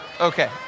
okay